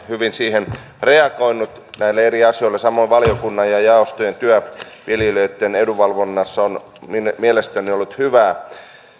hyvin reagoinut näihin eri asioihin samoin valiokunnan ja jaostojen työ viljelijöitten edunvalvonnassa on mielestäni ollut hyvää